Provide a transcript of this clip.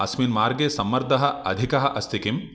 अस्मिन् मार्गे सम्मर्धः अधिकः अस्ति किं